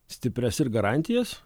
stiprias ir garantijas